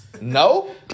No